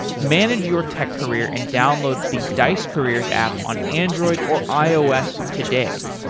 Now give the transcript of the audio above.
manage your tech career and download the dice careers app on android or ios today.